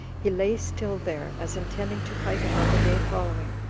he lay still there, as intending to fight him on the day following,